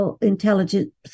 intelligence